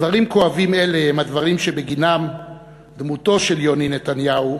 דברים כואבים אלה הם הדברים שבגינם דמותו של יוני נתניהו